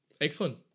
Excellent